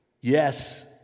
Yes